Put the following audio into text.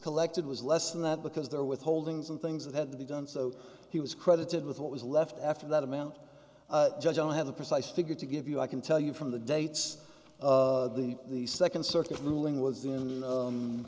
collected was less than that because they're withholding some things that had to be done so he was credited with what was left after that amount just don't have the precise figure to give you i can tell you from the dates of the the second circuit ruling was in